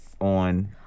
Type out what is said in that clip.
On